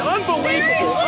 Unbelievable